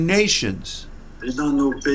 nations